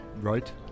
right